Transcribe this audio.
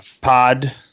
pod